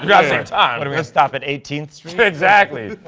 yeah ah but i mean stop at eighteenth street? mero exactly.